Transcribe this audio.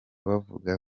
bavuga